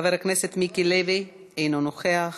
חבר הכנסת מיקי לוי, אינו נוכח,